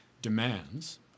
Demands